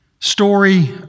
Story